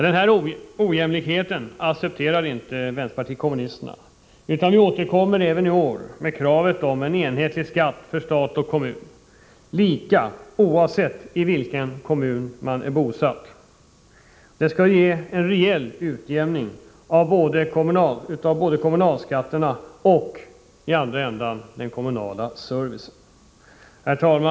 Denna ojämlikhet accepterar inte vänsterpartiet kommunisterna, utan vi återkommer även i år med kravet på en enhetlig skatt för stat och kommun, lika oavsett i vilken kommun man är bosatt. Detta skall ge en reell utjämning av både kommunalskatterna och, i den andra änden, den kommunala servicen. Herr talman!